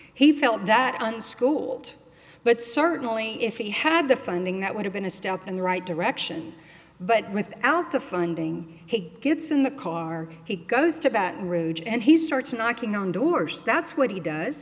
he felt that unschooled but certainly if he had the funding that would have been a step in the right direction but without the funding he gets in the car he goes to baton rouge and he starts knocking on doors that's what he does